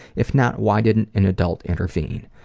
if not, why didn't an adult intervene?